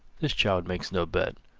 this child makes no bet.